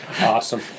awesome